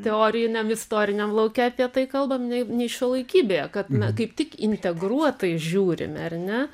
teoriniam istoriniam lauke apie tai kalbam nei nei šiuolaikybėje kad na kaip tik integruotai žiūrime ar ne